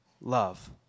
love